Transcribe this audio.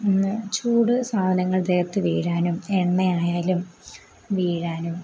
ഒന്ന് ചൂട് സാധനങ്ങൾ ദേഹത്ത് വീഴാനും എണ്ണയായാലും വീഴാനും